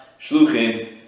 Shluchim